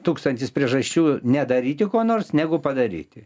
tūkstantis priežasčių nedaryti ko nors negu padaryti